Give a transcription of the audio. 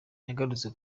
yagarutse